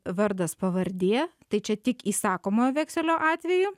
vardas pavardė tai čia tik įsakomojo vekselio atveju